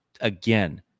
again